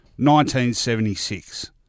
1976